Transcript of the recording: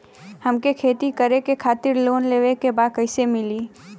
हमके खेती करे खातिर लोन लेवे के बा कइसे मिली?